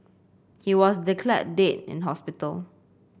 he was declared dead in hospital